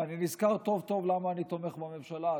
ואני נזכר טוב טוב למה אני תומך בממשלה הזו: